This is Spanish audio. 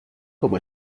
como